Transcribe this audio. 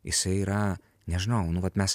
jisai yra nežinau nu vat mes